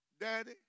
Daddy